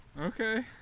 okay